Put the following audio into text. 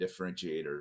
differentiator